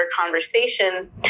conversation